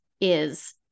is-